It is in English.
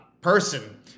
person